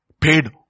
paid